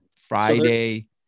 Friday –